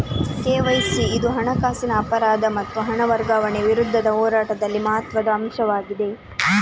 KYC ಇಂದು ಹಣಕಾಸಿನ ಅಪರಾಧ ಮತ್ತು ಹಣ ವರ್ಗಾವಣೆಯ ವಿರುದ್ಧದ ಹೋರಾಟದಲ್ಲಿ ಮಹತ್ವದ ಅಂಶವಾಗಿದೆ